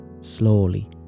slowly